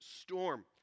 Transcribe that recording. storm